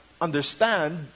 understand